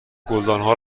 گلدانها